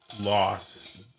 loss